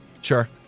Sure